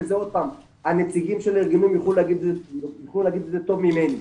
וזה עוד פעם הנציגים של ה ארגונים יוכלו להגיד את זה טוב ממני,